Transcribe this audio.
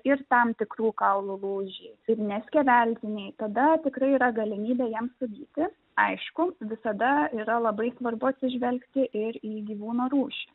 ir tam tikrų kaulų lūžiai ir neskeveldriniai tada tikrai yra galimybė jam sugyti aišku visada yra labai svarbu atsižvelgti ir į gyvūno rūšį